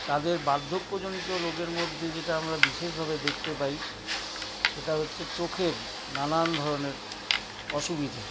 তাদের বার্ধক্য জনিত রোগের মধ্যে যেটা আমরা বিশেষভাবে দেখতে পাই সেটা হচ্ছে চোখের নানান ধরনের অসুবিধে